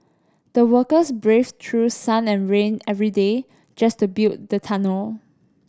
the workers braved through sun and rain every day just to build the tunnel